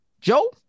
Joe